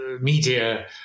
media